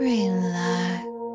Relax